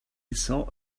saw